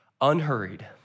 Unhurried